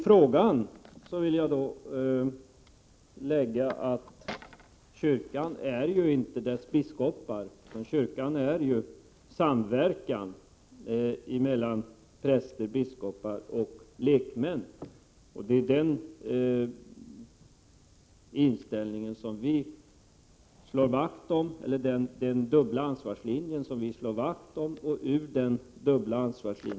Jag vill tillägga att kyrkan inte är dess biskopar, utan kyrkan är samverkan mellan präster, biskopar och lekmän. Det är den dubbla ansvarslinjen som vi i centern slår vakt om.